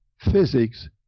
physics